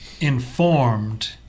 informed